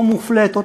או מופלטות,